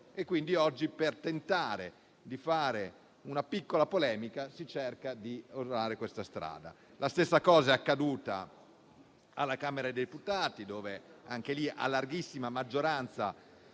Quindi, oggi, per tentare di fare una piccola polemica, si cerca di sposare questa strada. La stessa cosa è accaduta alla Camera dei deputati, dove, anche lì a larghissima maggioranza,